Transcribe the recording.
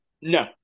No